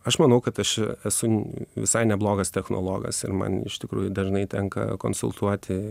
aš manau kad aš esu visai neblogas technologas ir man iš tikrųjų dažnai tenka konsultuoti